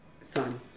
son